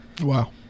wow